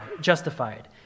justified